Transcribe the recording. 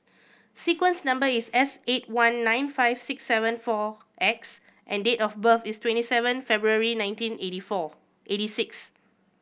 sequence number is S eight one nine five six seven four X and date of birth is twenty seven February nineteen eighty four eighty six